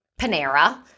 Panera